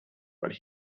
but